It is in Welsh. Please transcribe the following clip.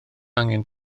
angen